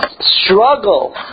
struggle